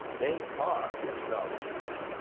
they are astrologers.